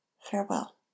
Farewell